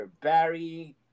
Barry